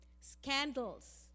scandals